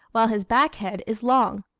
while his back head is long.